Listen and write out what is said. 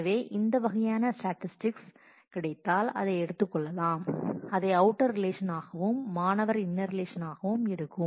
எனவே இந்த வகையான ஸ்டாட்டிஸ்டிக்ஸ் கிடைத்தால் அதை எடுத்துக்கொள்ளலாம் அதை அவுட்டர் ரிலேஷன் ஆகவும் மாணவர் இன்னர் ரிலேஷன் ஆகவும் எடுக்கும்